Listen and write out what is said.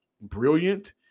brilliant